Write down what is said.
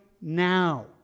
now